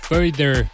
Further